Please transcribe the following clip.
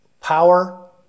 Power